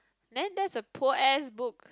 then that's a poor ass book